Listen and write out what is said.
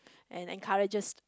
and encourages